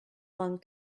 one